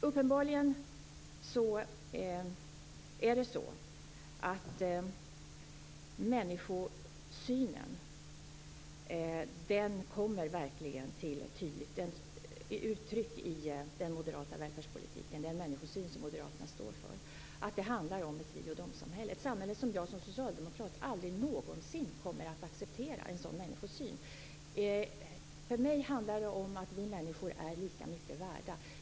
Uppenbarligen kommer den människosyn som moderaterna står för tydligt till uttryck i den moderata välfärdspolitiken. Det handlar om ett vi-och-desamhällle. En sådan människosyn kommer jag som socialdemokrat aldrig någonsin att acceptera. För mig handlar det om att vi människor är lika mycket värda.